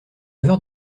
heures